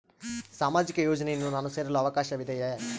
ಸಾಮಾಜಿಕ ಯೋಜನೆಯನ್ನು ನಾನು ಸೇರಲು ಅವಕಾಶವಿದೆಯಾ?